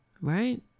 Right